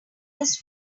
this